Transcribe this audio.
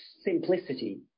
simplicity